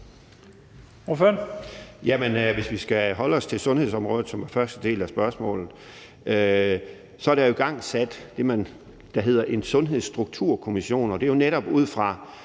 Hvis vi skal holde os til sundhedsområdet, som første del af spørgsmålet drejede sig om, vil jeg sige, at der jo er nedsat det, der hedder en Sundhedsstrukturkommission, og det er netop ud fra